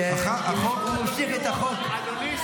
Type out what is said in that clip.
שהוא ממשיך את החוק --- אדוני,